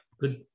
good